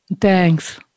Thanks